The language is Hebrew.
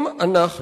אם אנחנו